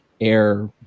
air